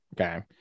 okay